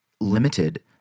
limited